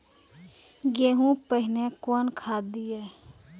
गेहूँ पहने कौन खाद दिए?